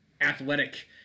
athletic